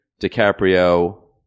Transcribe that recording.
DiCaprio